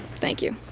thank you.